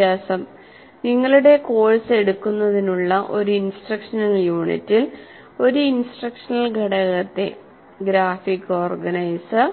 അഭ്യാസം നിങ്ങളുടെ കോഴ്സ് എടുക്കുന്നതിനുള്ള ഒരു ഇൻസ്ട്രക്ഷണൽ യൂണിറ്റിൽ ഒരു ഇൻസ്ട്രക്ഷണൽ ഘടകത്തെ ഗ്രാഫിക് ഓർഗനൈസർ